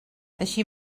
així